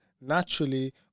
naturally